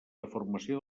deformació